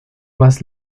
más